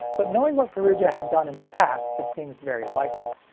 but knowing what faroudja had done in the past, it seems very likely.